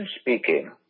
speaking